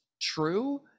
true